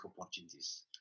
opportunities